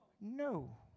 No